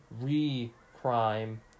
re-crime